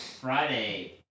Friday